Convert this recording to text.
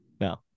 No